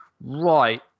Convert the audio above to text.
Right